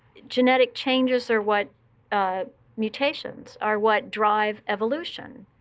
genetic changes are what ah mutations are what drive evolution.